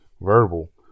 verbal